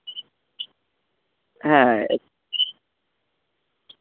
হ্যাঁ হ্যাঁ